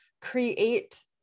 create